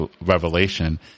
Revelation